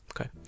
Okay